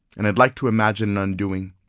and i'd like to imagine an undoing,